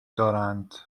دارند